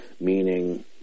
meaning